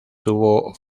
tuvo